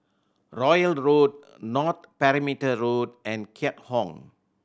Royal Road North Perimeter Road and Keat Hong